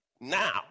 Now